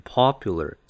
popular